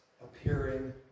appearing